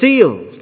sealed